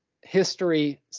history